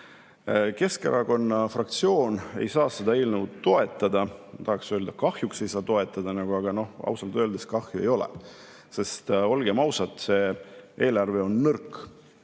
Keskerakonna fraktsioon ei saa seda eelnõu toetada. Ma tahaksin öelda, et kahjuks ei saa toetada, aga ausalt öeldes kahju ei ole, sest olgem ausad, see eelarve on nõrk.